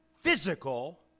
physical